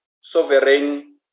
sovereign